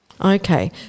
Okay